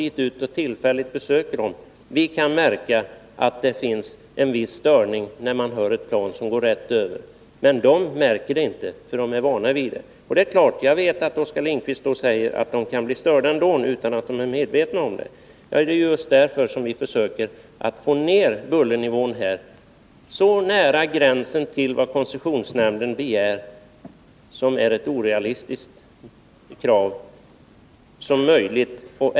Vi som är på tillfälligt besök hos dem kan märka vissa störningar när ett plan går rakt ovanför. De märker emellertid ingenting, eftersom de är vana vid störningarna. Oskar Lindkvist säger väl då att dessa människor visst kan bli störda utan att de är medvetna om det. Ja, det är just därför som vi försöker att få ned bullernivån så att den kommer så nära som möjligt den gräns som koncessionsnämnden begär — ett orimligt krav.